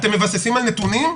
אתם מבססים על נתונים?